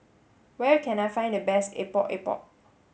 where can I find the best Epok Epok